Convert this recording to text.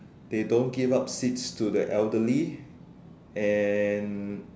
they don't give up seats to the elderly and